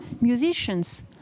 musicians